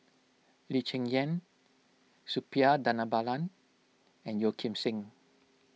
Lee Cheng Yan Suppiah Dhanabalan and Yeo Kim Seng